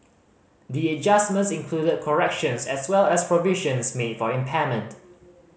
the adjustments included corrections as well as provisions made for impairment